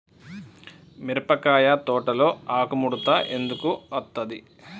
మిరపకాయ తోటలో ఆకు ముడత ఎందుకు అత్తది?